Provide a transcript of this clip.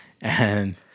And-